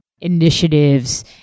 initiatives